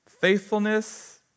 Faithfulness